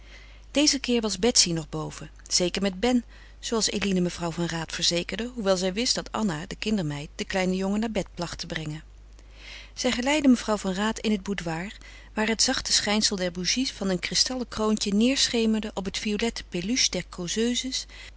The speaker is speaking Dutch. dezen keer was betsy nog boven zeker met ben zooals eline mevrouw van raat verzekerde hoewel zij wist dat anna de kindermeid den kleinen jongen naar bed placht te brengen zij geleidde mevrouw van raat in het boudoir waar het zachte schijnsel der bougies van een kristallen kroontje neêrschemerde op het